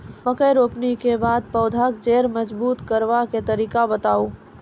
मकय रोपनी के बाद पौधाक जैर मजबूत करबा के तरीका बताऊ?